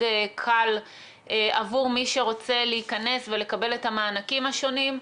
קל עבור מי שרוצה להיכנס ולקבל את המענקים השונים.